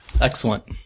Excellent